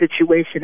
situation